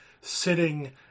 sitting